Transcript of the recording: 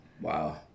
wow